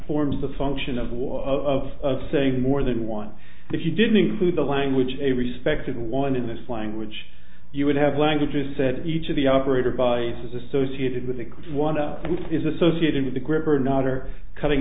forms a function of war of saying more than one if you didn't include a language a respected one in this language you would have languages said each of the operator by is associated with the clue one of which is associated with the group or not or cutting